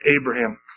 Abraham